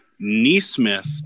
Neesmith